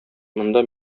монда